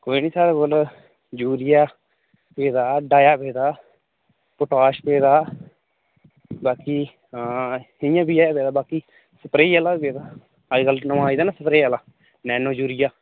कोई निं साढ़े कोल यूरिया पेदा डाया पेदा पोटॉश पेदा बाकी इं'या बी ऐ पेदा बाकी स्प्रे आह्ला बी ऐ पेदा अजकल नमां आई दा निं स्प्रे आह्ला नैनो यूरिया